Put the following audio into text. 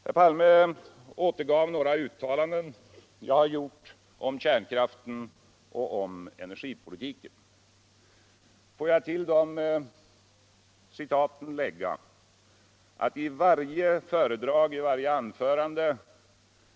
Herr Palme ätergav nägra uttalanden som jag har gjort om kärnkraften och om energipolivuiken. Får jag till de eitaten lägga att jag i varje föredrag och i varje anförande.